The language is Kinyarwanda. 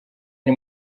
ari